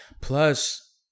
Plus